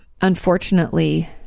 unfortunately